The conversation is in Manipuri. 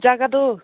ꯖꯒꯥꯗꯨ